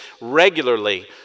regularly